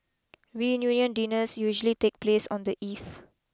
reunion dinners usually take place on the eve